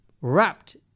wrapped